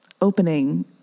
opening